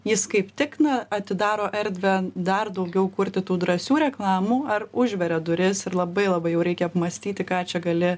jis kaip tik na atidaro erdvę dar daugiau kurti tų drąsių reklamų ar užveria duris ir labai labai jau reikia apmąstyti ką čia gali